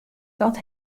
dat